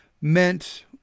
meant